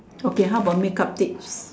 okay how about make up tips